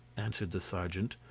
answered the sergeant,